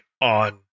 on